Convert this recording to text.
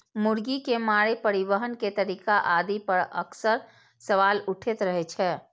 मुर्गी के मारै, परिवहन के तरीका आदि पर अक्सर सवाल उठैत रहै छै